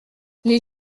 les